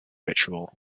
ritual